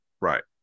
right